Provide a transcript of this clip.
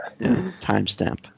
timestamp